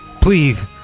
please